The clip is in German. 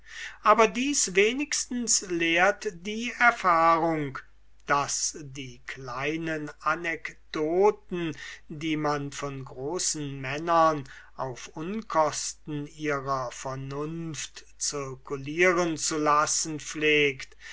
aber dies wenigstens lehrt die erfahrung daß die kleinen anekdoten die man von großen geistern auf unkosten ihrer vernunft circulieren zu lassen pflegt